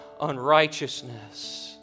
unrighteousness